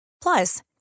Plus